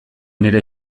nire